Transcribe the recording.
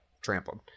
trampled